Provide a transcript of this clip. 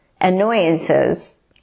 annoyances